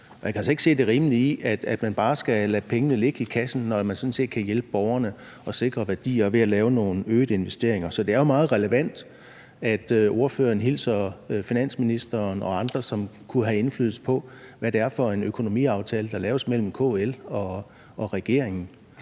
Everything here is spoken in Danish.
Jeg kan altså ikke se det rimelige i, at man bare skal lade pengene ligge i kassen, når man sådan set kan hjælpe borgerne og sikre værdier ved at lave nogle øgede investeringer. Så det er jo meget relevant, at ordføreren hilser finansministeren og andre, som kunne have indflydelse på, hvad det er for en økonomiaftale, der laves mellem KL og regeringen.